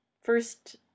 First